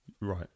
Right